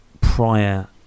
prior